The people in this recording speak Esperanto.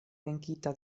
venkita